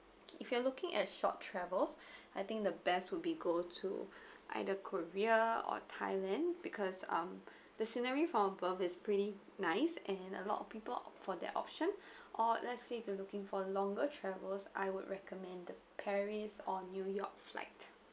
if you are looking at short travels I think the best would be go to either korea or thailand because um the scenery from above is pretty nice and a lot of people opt for that option or let's say if you are looking for longer travels I would recommend the paris or new york flight